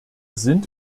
sind